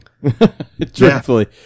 Truthfully